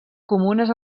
comunes